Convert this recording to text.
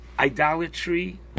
Idolatry